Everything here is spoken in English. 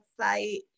website